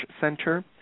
center